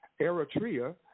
Eritrea